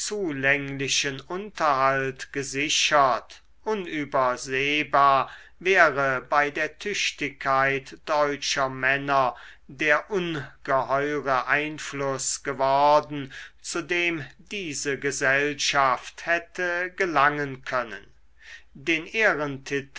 zulänglichen unterhalt gesichert unübersehbar wäre bei der tüchtigkeit deutscher männer der ungeheure einfluß geworden zu dem diese gesellschaft hätte gelangen können den ehrentitel